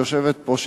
שיושבת פה,